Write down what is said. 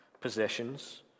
possessions